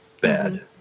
bad